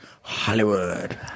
hollywood